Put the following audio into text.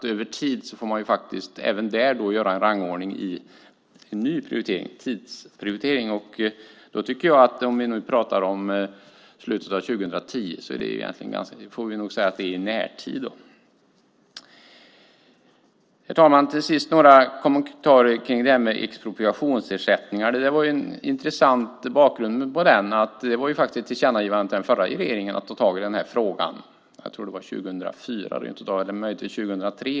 Över tid får man faktiskt även där göra en rangordning och en tidsprioritering. Om vi då talar om slutet av 2010 måste vi säga att det är närtid. Herr talman! Jag ska till sist göra några kommentarer om expropriationsersättningar. Det finns en intressant bakgrund. Det gjordes ett tillkännagivande till den förra regeringen att ta tag i denna fråga. Jag tror att det var 2004 eller möjligtvis 2003.